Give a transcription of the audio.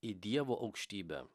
į dievo aukštybę